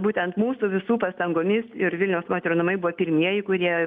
būtent mūsų visų pastangomis ir vilniaus moterų namai buvo pirmieji kurie